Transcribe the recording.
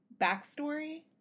backstory